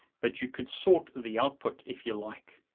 but you could sort the output if you like,